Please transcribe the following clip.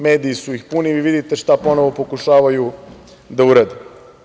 Mediji su ih puni i vi vidite šta ponovo pokušavaju da urade.